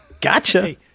Gotcha